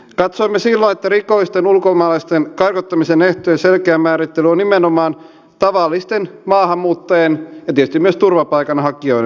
katsoimme silloin että rikollisten ulkomaalaisten karkottamisen ehtojen selkeä määrittely on nimenomaan tavallisten maahanmuuttajien ja tietysti myös turvapaikanhakijoiden etu